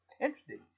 Interesting